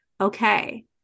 okay